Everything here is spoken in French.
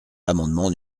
l’amendement